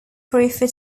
prefer